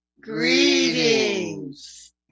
Greetings